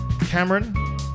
Cameron